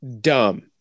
Dumb